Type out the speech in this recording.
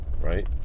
right